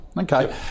Okay